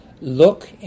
look